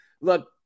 look